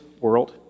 world